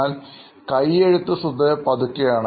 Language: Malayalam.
എന്നാൽ കൈയ്യെഴുത്ത് സ്വതവേ പതുക്കെയാണ്